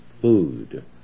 food